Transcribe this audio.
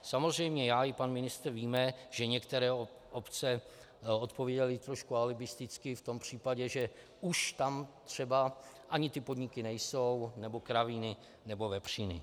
Samozřejmě já i pan ministr víme, že některé obce odpovídaly trošku alibisticky v tom případě, že už tam třeba ani ty podniky nejsou nebo kravíny nebo vepříny.